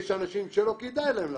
ויש אנשים שלא כדאי להם לעשות.